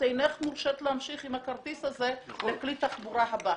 אינך מורשית להמשיך עם הכרטיס הזה לכלי התחבורה הבא.